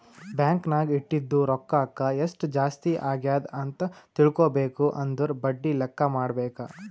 bank ನಾಗ್ ಇಟ್ಟಿದು ರೊಕ್ಕಾಕ ಎಸ್ಟ್ ಜಾಸ್ತಿ ಅಗ್ಯಾದ್ ಅಂತ್ ತಿಳ್ಕೊಬೇಕು ಅಂದುರ್ ಬಡ್ಡಿ ಲೆಕ್ಕಾ ಮಾಡ್ಬೇಕ